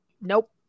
nope